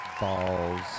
balls